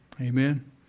Amen